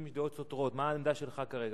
אוקיי.